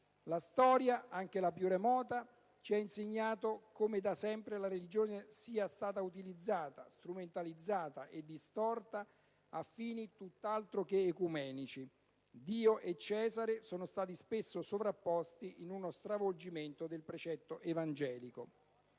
La storia, anche la più remota, ci ha insegnato come da sempre la religione sia stata utilizzata, strumentalizzata e distorta a fini tutt'altro che ecumenici. Dio e Cesare sono stati spesso sovrapposti in uno stravolgimento del precetto evangelico.